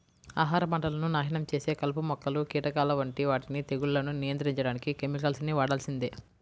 ఆహార పంటలను నాశనం చేసే కలుపు మొక్కలు, కీటకాల వంటి వాటిని తెగుళ్లను నియంత్రించడానికి కెమికల్స్ ని వాడాల్సిందే